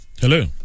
Hello